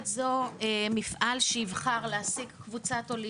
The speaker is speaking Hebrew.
זו מפעל שיבחר להעסיק קבוצת עולים,